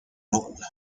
roll